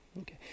Okay